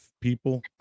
people